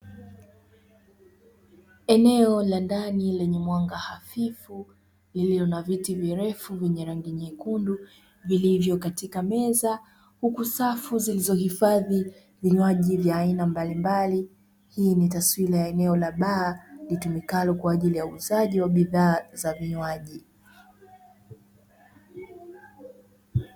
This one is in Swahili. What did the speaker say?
Eneo la ndani lenye mwanga hafifu lililo na viti virefu vyenye rangi nyekundu, vilivyo katika meza. Huku safu zilizohifadhi vinywaji vya aina mbalimbali, hii ni taswira ya eneo la baa litumikalo kwa ajili ya uuzaji wa bidhaa za vinywaji.